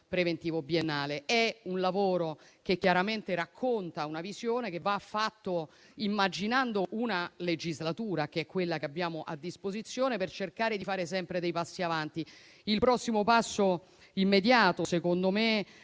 preventivo biennale. È un lavoro che chiaramente racconta una visione, che va fatto immaginando una legislatura che è quella che abbiamo a disposizione per cercare di fare sempre dei passi avanti. Il prossimo passo da compiere